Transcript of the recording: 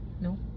No